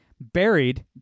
buried